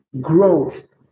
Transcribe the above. growth